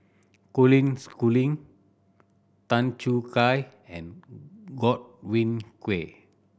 Colin Schooling Tan Choo Kai and Godwin Koay